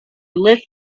lit